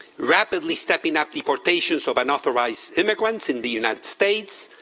rapidly stepping up deportations of unauthorized immigrants in the united states,